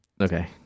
Okay